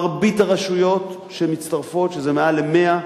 מרבית הרשויות שמצטרפות, שזה מעל 100,